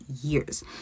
years